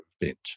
event